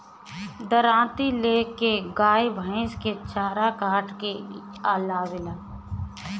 दराँती ले के गाय भईस के चारा काट के ले आवअ